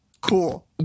cool